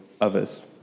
others